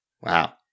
Wow